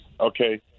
okay